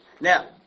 Now